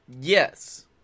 Yes